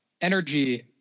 energy